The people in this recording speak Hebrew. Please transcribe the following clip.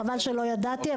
חבל שלא ידעתי.